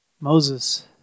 Moses